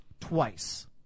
twice